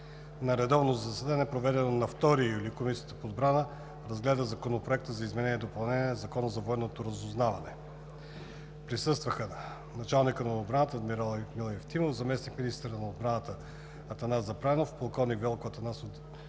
На редовно заседание, проведено на 2 юли 2020 г., Комисията по отбрана разгледа Законопроект за изменение и допълнение на Закона за военното разузнаване. Присъстваха началникът на отбраната адмирал Емил Евтимов, заместник-министърът на отбраната Атанас Запрянов, полковник Велко Атанасов